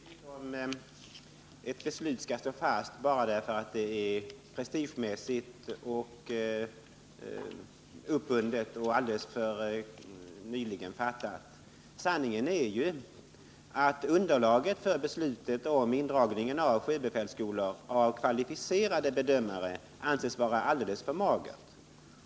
Fru talman! Det är inte riktigt att ett beslut skall stå fast bara därför att det är prestigemässigt uppbundet och alldeles nyligen fattat. Sanningen är ju att underlaget för beslutet om indragningen av sjöbefälsskolor av kvalificerade bedömare anses vara alldeles för magert.